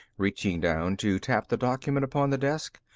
reaching down to tap the document upon the desk.